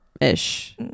ish